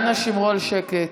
אנא שמרו על שקט.